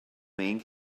main